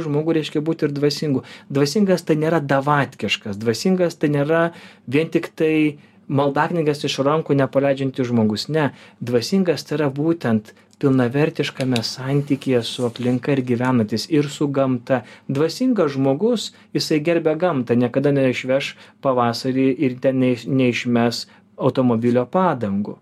žmogu reiškia būti ir dvasingu dvasingas ta nėra davatkiškas dvasingas ta nėra vien tiktai maldaknygės iš rankų nepaleidžiantis žmogus ne dvasingas tėra yra būtent pilnavertiškame santykyje su aplinka ir gyvenantis ir su gamta dvasingas žmogus jisai gerbia gamtą niekada neišveš pavasarį ir ten ne neišmes automobilio padangų